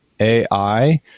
AI